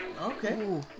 okay